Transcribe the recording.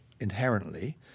inherently